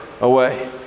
away